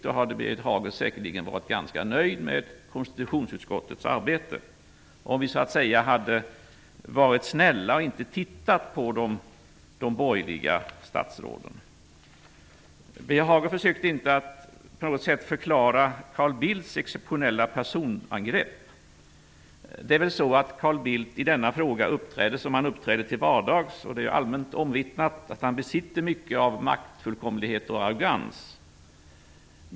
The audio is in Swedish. Birger Hagård hade säkerligen varit ganska nöjd med konstitutionsutskottets arbete om vi hade varit snälla och inte tittat på vad de borgerliga statsråden gjort. Birger Hagård försökte inte på något sätt förklara Carl Bildts exeptionella personangrepp. I denna fråga uppträdde väl Carl Bildt som han uppträder till vardags, och det är allmänt omvittnat att han besitter mycket av maktfullkomlighet och arrogans.